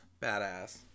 Badass